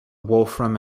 wolfram